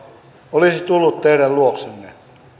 olisi tullut teidän luoksenne